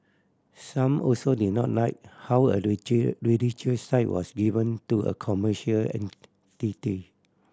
some also did not like how a religious site was given to a commercial entity